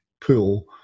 pool